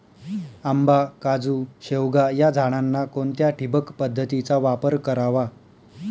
आंबा, काजू, शेवगा या झाडांना कोणत्या ठिबक पद्धतीचा वापर करावा?